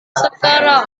sekarang